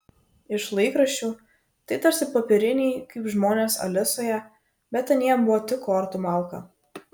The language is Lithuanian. iš laikraščių tai tarsi popieriniai kaip žmonės alisoje bet anie buvo tik kortų malka